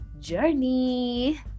journey